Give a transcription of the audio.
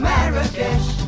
Marrakesh